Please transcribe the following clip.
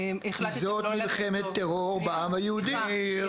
זאת מלחמת טרור בעם היהודי.